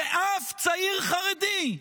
ואף צעיר חרדי.